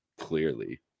clearly